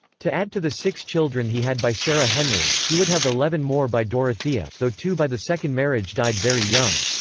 to add to the six children he had by sarah henry, he would have eleven more by dorothea, though two by the second marriage died very young.